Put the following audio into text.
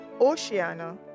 Oceania